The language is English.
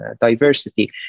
diversity